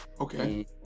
Okay